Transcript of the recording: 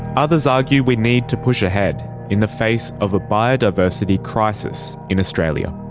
others argue we need to push ahead in the face of a biodiversity crisis in australia.